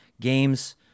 Games